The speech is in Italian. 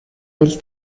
del